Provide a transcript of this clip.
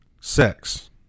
Sex